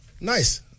nice